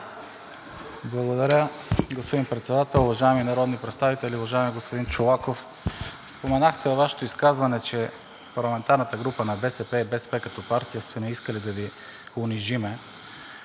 Благодаря. Господин Председател, уважаеми народни представители! Уважаеми господин Чолаков, споменахте във Вашето изказване, че парламентарната група на БСП и БСП като партия сме искали да Ви унижим.